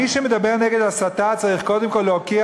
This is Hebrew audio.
מי שמדבר נגד הסתה צריך קודם כול להוקיע